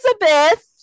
Elizabeth